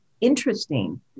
interesting